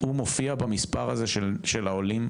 הוא מופיע במספר הזה של העולים?